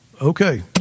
okay